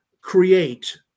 create